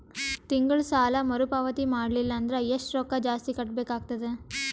ತಿಂಗಳ ಸಾಲಾ ಮರು ಪಾವತಿ ಮಾಡಲಿಲ್ಲ ಅಂದರ ಎಷ್ಟ ರೊಕ್ಕ ಜಾಸ್ತಿ ಕಟ್ಟಬೇಕಾಗತದ?